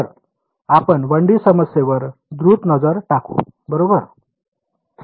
तर आपण 1D समस्येवर द्रुत नजर टाकू बरोबर